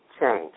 change